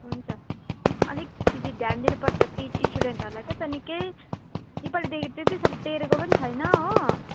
हुन्छ अलिकति ध्यान दिनुपर्छ टिच स्टुडेन्टहरूलाई क्या त निकै यो पालिदेखि त्यति साह्रो टेरेको पनि छैन हो